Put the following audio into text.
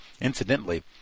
Incidentally